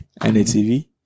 NATV